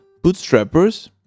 bootstrappers